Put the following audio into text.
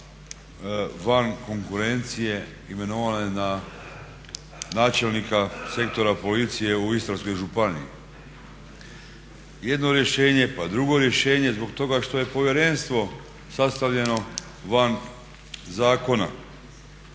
van konkurencije imenovane za načelnika sektora policije u Istarskoj županiju. Jedno rješenje, pa drugo rješenje, zbog toga što je povjerenstvo sastavljeno van zakona